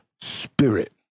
spirit